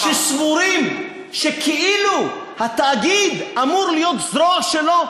שסבורים שכאילו התאגיד אמור להיות זרוע שלו,